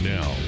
Now